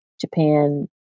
Japan